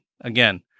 Again